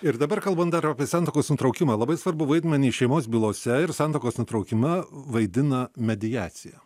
ir dabar kalbant dar apie santuokos nutraukimą labai svarbų vaidmenį šeimos bylose ir santuokos nutraukime vaidina mediacija